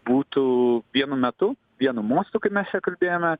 būtų vienu metu vienu mostu kaip mes čia kalbėjome